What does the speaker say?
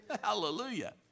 Hallelujah